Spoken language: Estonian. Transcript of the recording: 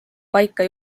paika